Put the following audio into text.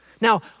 Now